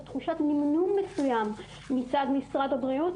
או תחושת נמנום מסויים מצד משרד הבריאות.